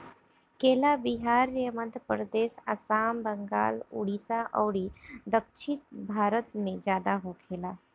केला बिहार, मध्यप्रदेश, आसाम, बंगाल, उड़ीसा अउरी दक्षिण भारत में ज्यादा होखेला